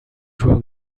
joueur